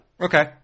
Okay